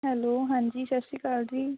hello ਹਾਂਜੀ ਸਤਿ ਸ਼੍ਰੀ ਅਕਾਲ ਜੀ